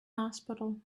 hospital